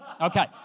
Okay